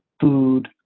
food